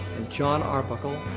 and jon arbuckle,